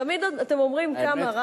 תמיד אתם אומרים כמה רע,